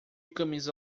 camisa